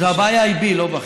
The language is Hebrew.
הבעיה היא בי, לא בכם.